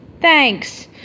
Thanks